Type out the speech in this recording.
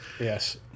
Yes